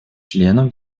членов